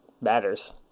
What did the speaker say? matters